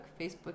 Facebook